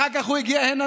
אחר כך הוא הגיע הנה,